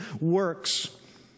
works